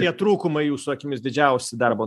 tie trūkumai jūsų akimis didžiausi darbo